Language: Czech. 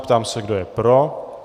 Ptám se, kdo je pro.